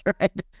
right